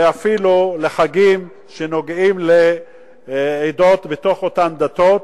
ואפילו לגבי חגים שנוגעים לעדות בתוך אותן דתות.